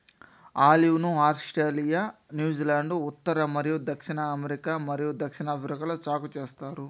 olive ను Australia, New Zealand, ఉత్తర మరియు దక్షిణ అమెరికా మరియు దక్షిణాఫ్రికాలో సాగు చేస్తారు